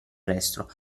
resto